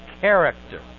character